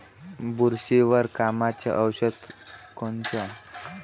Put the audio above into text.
बुरशीवर कामाचं औषध कोनचं?